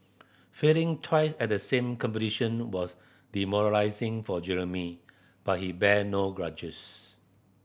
failing twice at the same competition was demoralising for Jeremy but he bear no grudges